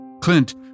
Clint